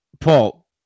Paul